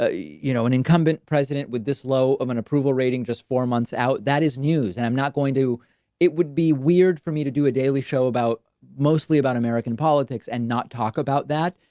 you know, an incumbent president with this low of an approval rating just four months out, that is news. and i'm not going to it would be weird for me to do a daily show about mostly about american politics and not talk about that.